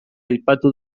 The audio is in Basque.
aipatu